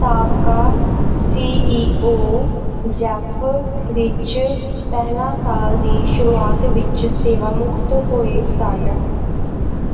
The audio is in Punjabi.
ਸਾਬਕਾ C E O Jeff Rich ਪਹਿਲਾਂ ਸਾਲ ਦੀ ਸ਼ੁਰੂਆਤ ਵਿੱਚ ਸੇਵਾਮੁਕਤ ਹੋਏ ਸਨ